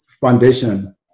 foundation